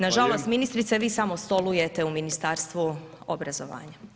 Nažalost, ministrice vi samo stolujete u Ministarstvu obrazovanja.